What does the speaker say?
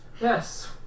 Yes